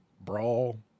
brawl